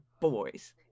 boys